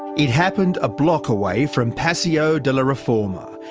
it happened a block away from paseo de la reforma,